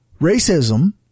Racism